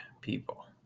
people